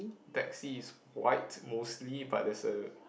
taxi is white mostly but there's a